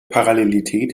parallelität